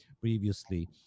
previously